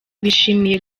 bishimiye